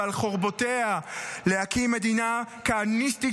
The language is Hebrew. ועל חורבותיה להקים מדינה כהניסטית,